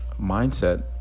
mindset